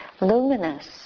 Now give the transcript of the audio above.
Luminous